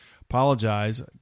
Apologize